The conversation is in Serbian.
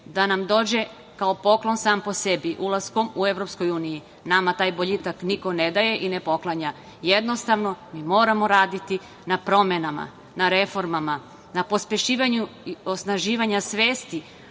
da nam dođe kao poklon sam po sebi ulaskom u EU, nama taj boljitak niko ne daje i ne poklanja. Jednostavno, mi moramo raditi na promenama, na reformama, na pospešivanju osnaživanja svesti